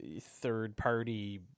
third-party